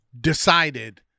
decided